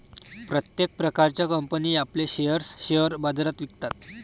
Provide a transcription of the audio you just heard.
प्रत्येक प्रकारच्या कंपनी आपले शेअर्स शेअर बाजारात विकतात